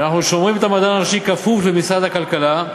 ואנחנו שומרים את המדען הראשי כפוף למשרד הכלכלה,